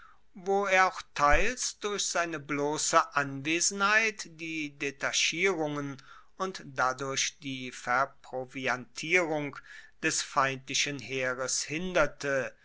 wo er auch teils durch seine blosse anwesenheit die detachierungen und dadurch die verproviantierung des feindlichen heeres hinderte